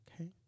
Okay